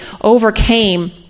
overcame